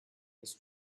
his